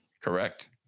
Correct